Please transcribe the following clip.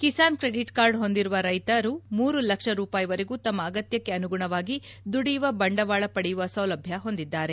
Kisan credit card ಹೊಂದಿರುವ ರೈತರು ಮೂರು ಲಕ್ಷ ರೂಪಾಯಿವರೆಗೂ ತಮ್ಮ ಅಗತ್ಯಕ್ಷೆ ಅನುಗುಣವಾಗಿ ದುಡಿಯುವ ಬಂಡವಾಳ ಪಡೆಯುವ ಸೌಲಭ್ಞ ಹೊಂದಿದ್ದಾರೆ